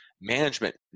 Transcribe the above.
Management